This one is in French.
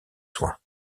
soins